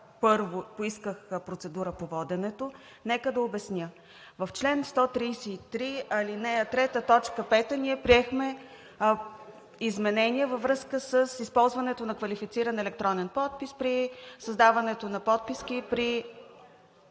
първо, поисках процедура по воденето. Нека да обясня. В чл. 133, ал. 3, т. 5 ние приехме изменение във връзка с използването на квалифициран електронен подпис при създаването на подписки при